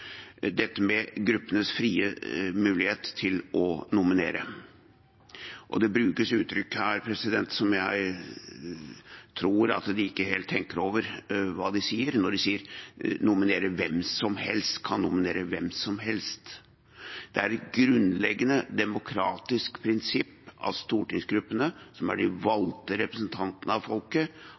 dette med gruppenes frie mulighet til å nominere. Det brukes uttrykk her som jeg tror de ikke helt tenker over når de sier at man kan nominere «hvem som helst». Det er et grunnleggende demokratisk prinsipp at stortingsgruppene, som er de valgte representantene av folket,